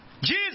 Jesus